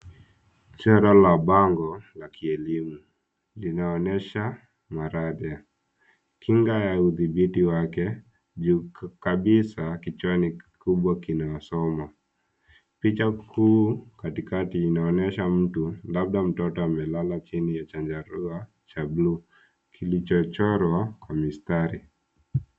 Ishara la bango la kielimu linaonyesha maradha ya kinga ya udhibiti wake juu kabisa kichani kubwa kinawasoma. Picha kuu katikati inaonyesha mtu labda mtoto amelala chini ya chandarua cha bluu kilichochorwa kwa mistari.